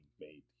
made